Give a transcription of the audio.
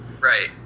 right